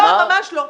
לא, ממש לא.